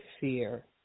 fear